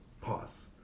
Pause